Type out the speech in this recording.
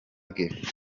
bwe